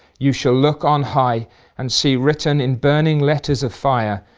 you shall look on high and see written in burning letters of fire,